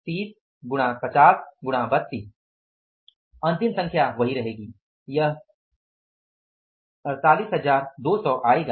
30 गुणा 50 गुणा 32 अंतिम संख्या वही रहेगी यह 48200 आएगा